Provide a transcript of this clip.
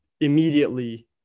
immediately